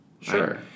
Sure